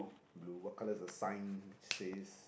blue what colour is the sign says